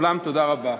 לכולם תודה רבה.